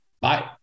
Bye